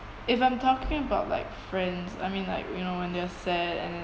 if I'm talking about like friends I mean like you know when they are sad and then